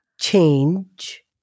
Change